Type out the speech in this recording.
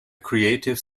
creative